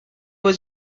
was